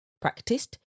practiced